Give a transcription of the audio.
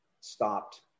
stopped